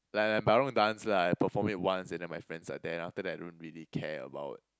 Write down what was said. like like my own dance lah I perform it once and then my friends are there then after that I don't really care about